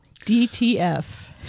DTF